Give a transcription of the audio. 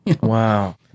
Wow